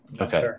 Okay